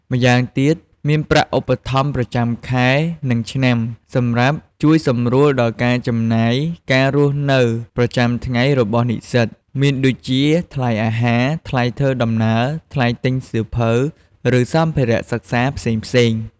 ម្យ៉ាងទៀត មានប្រាក់ឧបត្ថម្ភប្រចាំខែ និងឆ្នាំ សម្រាប់ជួយសម្រួលដល់ការចំណាយការរស់នៅប្រចាំថ្ងៃរបស់និស្សិត មានដូចជាថ្លៃអាហារ ថ្លៃធ្វើដំណើរ ថ្លៃទិញសៀវភៅ ឬសម្ភារៈសិក្សាផ្សេងៗ។